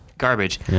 garbage